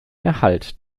erhalt